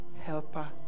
helper